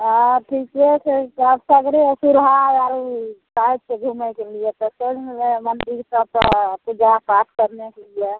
हँ ठिके छै सगरे सिरहा आओर साइड छै घुमैके लिए तऽ सर मन्दिर सबपर पूजा पाठ करनेके लिए